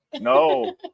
no